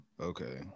Okay